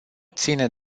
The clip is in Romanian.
ține